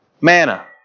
Manna